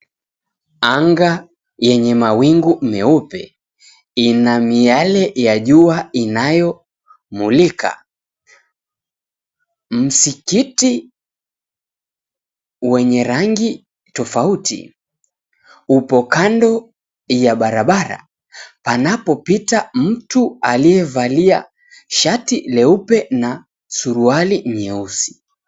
Anga yenye mawingu meupe ina miale ya jua inayomulika. Msikiti wenye rangi tofauti upo kando ya barabara panapopita mtu alievalia shati jeupe na suruali nyeusi.